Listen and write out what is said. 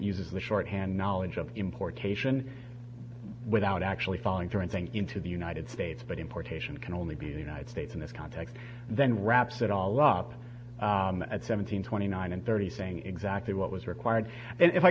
uses the shorthand knowledge of importation without actually following through anything into the united states but importation can only be the united states in this context then wraps it all up at seven hundred twenty nine and thirty saying exactly what was